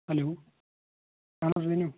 hello ہاں ؤنِو